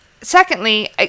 secondly